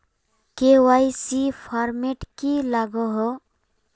KYC format की लागोहो?